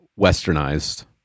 westernized